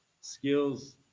skills